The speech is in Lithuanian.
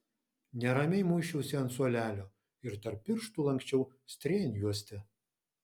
neramiai muisčiausi ant suolelio ir tarp pirštų lanksčiau strėnjuostę